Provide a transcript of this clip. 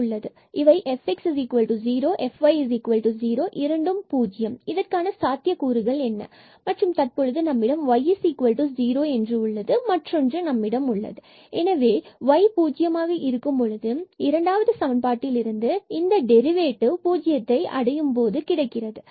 இவை fx0 and fy0 இரண்டும் பூஜ்ஜியம் அதற்கான சாத்தியக் கூறுகள் ஆகும் மற்றும் தற்பொழுது நம்மிடம் y0 மற்றொன்று உள்ளது எனவே y0 பூஜ்யமாக இருக்கும் பொழுது இரண்டாவது சமன்பாட்டில் இருந்து இந்த டெரிவேட்டிவ் 0 அடையும்போது கிடைக்கிறது